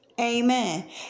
Amen